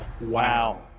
Wow